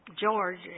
George